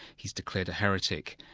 he's declared a heretic,